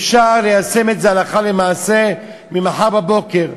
אפשר ליישם את זה הלכה למעשה ממחר בבוקר.